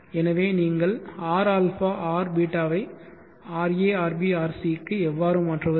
எனவே நீங்கள் rα rβ ஐ ra rb rc க்கு எவ்வாறு மாற்றுவது